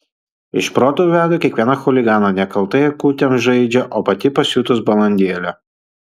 iš proto veda kiekvieną chuliganą nekaltai akutėm žaidžia o pati pasiutus balandėlė